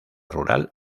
rural